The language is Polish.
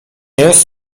jest